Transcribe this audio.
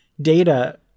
Data